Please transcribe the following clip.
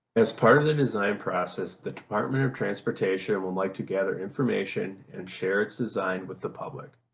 as part of the design process the department of transportation would like to gather information and share its design with the public.